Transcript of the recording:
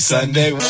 Sunday